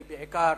היא בעיקר